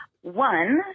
One